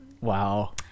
Wow